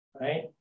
right